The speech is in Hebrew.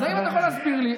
אבל האם אתה יכול להסביר לי,